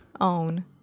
Own